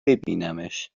ببینمش